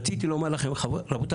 רציתי לומר לכם רבותיי,